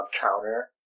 counter